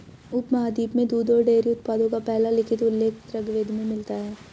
उपमहाद्वीप में दूध और डेयरी उत्पादों का पहला लिखित उल्लेख ऋग्वेद में मिलता है